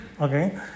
okay